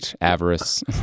avarice